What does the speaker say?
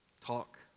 Talk